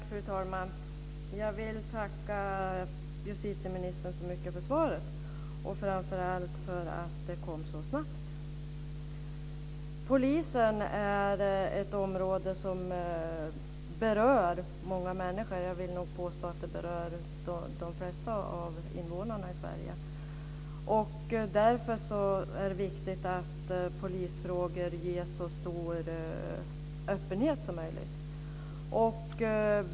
Fru talman! Jag vill tacka justitieministern så mycket för svaret och framför allt för att det kom så snabbt. Polisen är ett område som berör många människor - jag vill påstå att det berör de flesta av invånarna i Sverige. Därför är det viktigt att polisfrågor ges så stor öppenhet som möjligt.